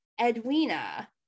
Edwina